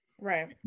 Right